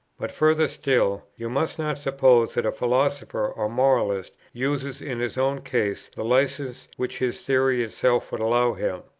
but further still you must not suppose that a philosopher or moralist uses in his own case the licence which his theory itself would allow him.